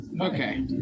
Okay